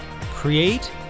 Create